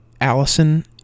Allison